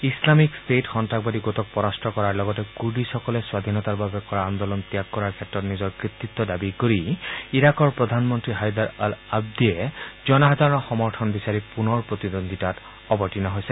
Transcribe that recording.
Islamic State সন্ত্ৰাসবাদী গোটক পৰাস্ত কৰাৰ লগতে কুৰ্দিছ্সকলে স্বধীনতাৰ বাবে কৰা আন্দোলন ত্যাগ কৰাৰ ক্ষেত্ৰত নিজৰ কৃতিত্ব দাবী কৰি ইৰাকৰ প্ৰধানমন্ত্ৰী হাইদৰ অল অঁবাদীয়ে জনসাধাৰণৰ সমৰ্থন বিচাৰী পুনৰ প্ৰতিদ্বন্দ্বিতাত অৱতীৰ্ণ হৈছে